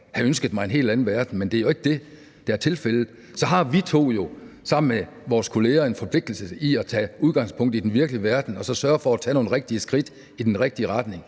ønsket mig en helt anden verden. Men det er jo ikke det, der er tilfældet. Så har vi to jo sammen med vores kolleger en forpligtelse til at tage udgangspunkt i den virkelige verden og så sørge for at tage nogle rigtige skridt i den rigtige retning,